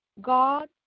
god